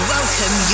Welcome